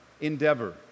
endeavor